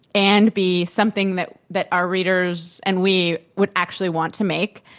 and be something that that our readers, and we, would actually want to make.